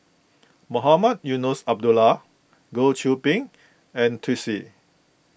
Mohamed Eunos Abdullah Goh Qiu Bin and Twisstii